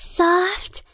soft